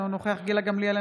אינו נוכח גילה גמליאל,